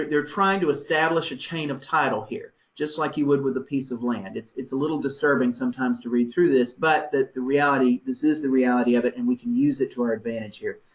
they're trying to establish a chain of title here, just like you would with a piece of land. it's it's a little disturbing sometimes to read through this, but the the reality, this is the reality of it and we can use it to our advantage here.